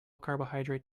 carbohydrate